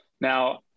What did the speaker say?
Now